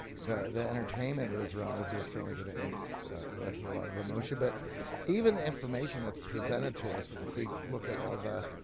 the the entertainment is around as is certainly going to end. ah, listen, a lot of emotion, but even the information that's presented to us, if we look at all the,